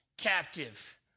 Captive